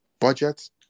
budgets